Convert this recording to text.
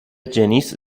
جنیس